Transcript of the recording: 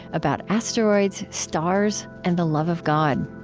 about asteroids, stars, and the love of god